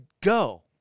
go